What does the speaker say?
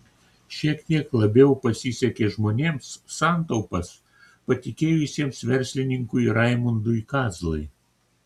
šiek tiek labiau pasisekė žmonėms santaupas patikėjusiems verslininkui raimundui kazlai